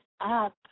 up